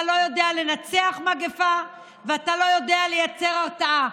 אתה לא יודע לנצח מגפה ואתה לא יודע לייצר הרתעה.